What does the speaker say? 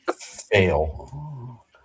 Fail